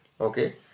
okay